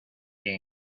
que